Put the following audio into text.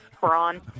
Brawn